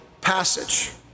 passage